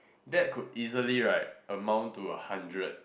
that could easily right amount to a hundred